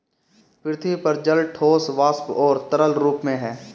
पृथ्वी पर जल ठोस, वाष्प और तरल रूप में है